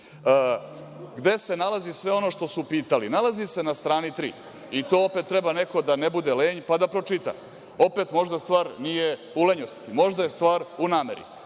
se nalazi sve ono što su pitali? Nalazi se na strani 3. I to opet treba neko da ne bude lenj pa da pročita. Opet, možda stvar nije u lenjosti, možda je stvar u nameri.